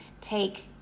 take